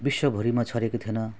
विश्वभरिमा छरिएको थिएन